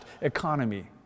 economy